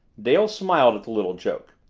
dale smiled at the little joke.